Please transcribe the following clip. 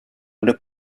under